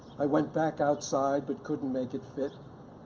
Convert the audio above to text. i went back outside but couldn't make it fit.